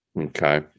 Okay